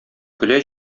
көлә